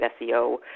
SEO